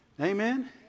Amen